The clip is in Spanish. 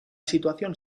situación